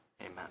Amen